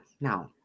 now